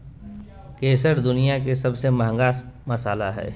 केसर दुनिया के सबसे महंगा मसाला हइ